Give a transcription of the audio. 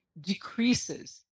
decreases